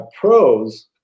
pros